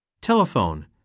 Telephone